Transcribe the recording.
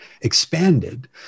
expanded